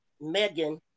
Megan